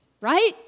right